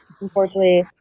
unfortunately